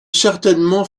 certainement